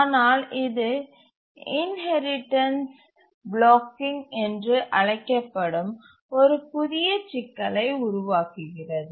ஆனால் இது inheritance blocking என்று அழைக்கப்படும் ஒரு புதிய சிக்கலை உருவாக்குகிறது